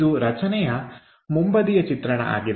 ಇದು ರಚನೆಯ ಮುಂಬದಿಯ ಚಿತ್ರಣ ಆಗಿದೆ